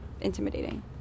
intimidating